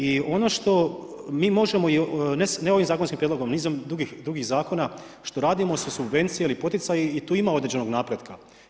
I ono što mi možemo, ne ovim zakonskim prijedlogom, nizom drugih zakona što radimo, su subvencije ili poticaji i tu ima određenog napretka.